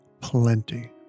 plenty